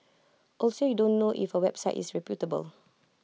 also you don't know if A website is reputable